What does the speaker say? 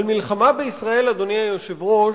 על מלחמה בישראל, אדוני היושב-ראש,